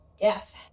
Yes